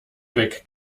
weg